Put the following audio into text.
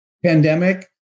Pandemic